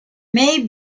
may